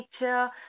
nature